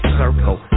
circle